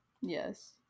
Yes